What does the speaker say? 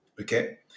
Okay